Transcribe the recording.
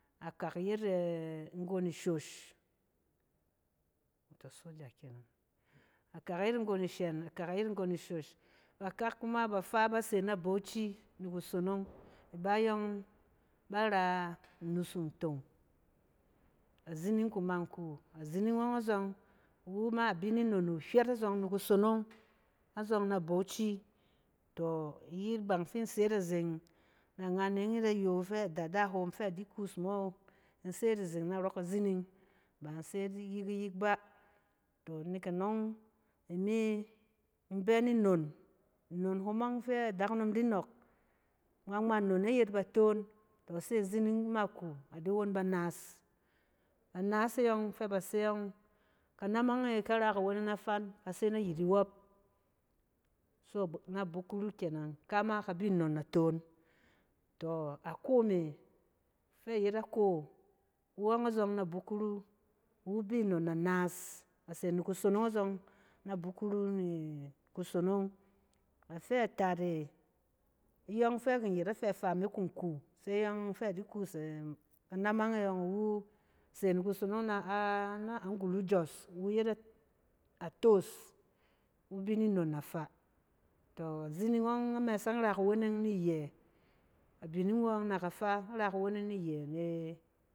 Akak yet ɛ-nggon ishosh, tↄ a soja kenang. Akak yet nggon ishɛn akak yet nggon ishosh bakak kuma bafaa base na bauchi ni kusonong iba yↄng bar a inusung ntong azining kiman ku, azining ↄng a zↄng iwu ma bi ni nnon wu hyɛt azↄng ni kusonong azↄng na bauchi. Tↄ iyit bang fin se yit azeng na anganneng yit ayↄ fɛ adada hom fɛ adi kuus me in set azeng narↄ kizining ba in se yit yik yik iba. Tↄ nek anↄng, imi in bɛ ni nnon, nnon hom ↄng fɛ adakunom di nↄk ngma nnon e yet baton, tↄ se a zining ma ku adi won banaas. Banaas e yↄng fɛ ba se ↄng, kanamang e kara kuweneng na fan, ka se nay it iwↄp so na bukuru kenang ika ma ka bɛ nnon natoon, tↄ, a ko me fɛ ayet ako iwu ↄng azↄng na bukuru, iwu bi nnon na naas, ase ni kusonong azↄng na bukuru mi kusonong. Afɛ taat e, ayↄng fɛ kin yet afɛ faa e kin ku se ayↄng fɛ adi kus ɛ kanamang e yↄng iwu se ni kusonong na a-na anglo jos iwu yet ta tↄↄs, iwu bi ni nnon nafaa, tↄ a zining ↄng a mɛsɛng ra kuweneng ni yɛɛ yɛ.